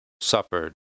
suffered